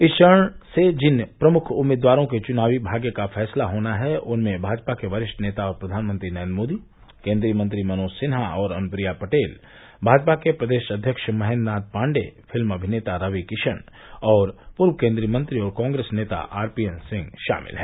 इस चरण से जिन प्रमुख उम्मीदवारों के चुनावी भाग्य का फैसला होना है उनमें भाजपा के वरिष्ठ नेता और प्रधानमंत्री नरेन्द्र मोदी केन्द्रीय मंत्री मनोज सिन्हा और अनुप्रिया पटेल भाजपा के प्रदेश अध्यक्ष महेन्द्र नाथ पाण्डेय फिल्म अभिनेता रवि किशन और पूर्व केन्द्रीय मंत्री और कॉग्रेस नेता आरपीएन सिंह शामिल हैं